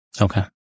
Okay